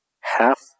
half